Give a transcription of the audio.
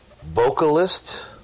vocalist